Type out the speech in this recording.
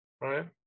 Right